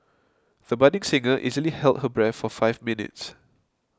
the budding singer easily held her breath for five minutes